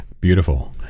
Beautiful